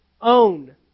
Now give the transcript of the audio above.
own